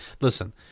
listen